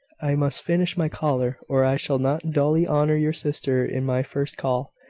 i must finish my collar, or i shall not duly honour your sister in my first call.